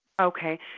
Okay